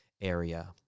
area